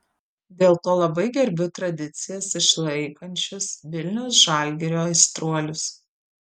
dėl to labai gerbiu tradicijas išlaikančius vilniaus žalgirio aistruolius